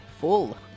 Full